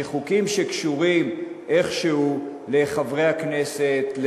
שחוקים שקשורים איכשהו לחברי הכנסת,